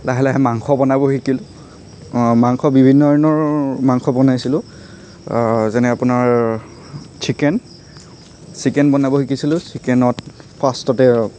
লাহে লাহে মাংস বনাব শিকিলোঁ মাংস বিভিন্ন ধৰণৰ মাংস বনাইছিলোঁ যেনে আপোনাৰ চিকেন চিকেন বনাব শিকিছিলোঁ চিকেনত ফাৰ্ষ্টতে